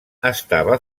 estava